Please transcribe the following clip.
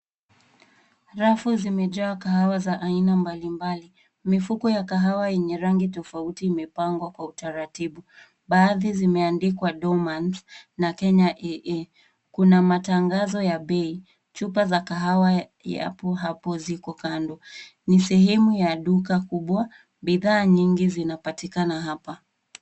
Rafu zimejaa kahawa za aina mbalimbali. Mifuko ya kahawa yenye rangi tofaut imepangwa kwa utaratibu. Baadhi zimeandikwa Dormans na Kenya AA. Kuna matangazo ya bei. Chupa za kahawa yapo hapo zipo kando. Ni sehemu ya duka kubwa. Bidhaa nyingi zinapatikana hapa.